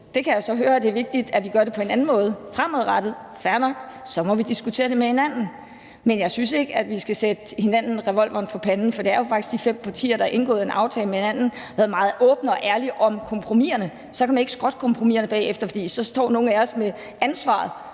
Der kan jeg så høre, at det er vigtigt, at vi gør det på en anden måde fremadrettet, fair nok. Så må vi diskutere det med hinanden. Men jeg synes ikke, at vi skal sætte hinanden revolveren for panden, for det er jo faktisk de fem partier, der har indgået en aftale med hinanden og været meget åbne og ærlige om kompromiserne. Så kan man ikke skrotte kompromiserne bagefter, for så står nogle af os med ansvaret,